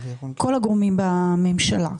כל הגורמים בממשלה,